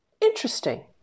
interesting